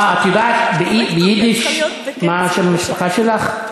אה, את יודעת ביידיש מה שם המשפחה שלך?